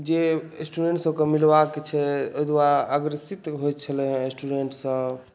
जे स्टूडेन्टसबके मिलबाके छै ओहि दुआरे अग्रसित होइ छलै हँ स्टूडेन्टसब